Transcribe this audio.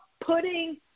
putting